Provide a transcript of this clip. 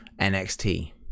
nxt